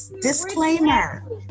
Disclaimer